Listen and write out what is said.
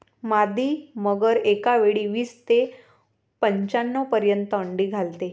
मादी मगर एकावेळी वीस ते पंच्याण्णव पर्यंत अंडी घालते